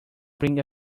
bring